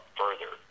further